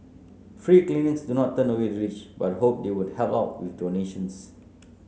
free clinics do not turn away the rich but hope they would help out with donations